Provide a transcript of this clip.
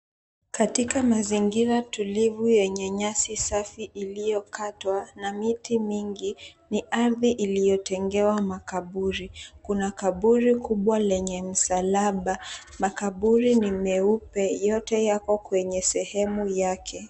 Katika mazingira tulivu yenye nyasi safi iliyokatwa na miti mingi, ni ardhi iliyotengewa makaburi. Kuna kaburi kubwa lenye msalaba. Makaburi ni meupe, yote yako kwenye sehemu yake.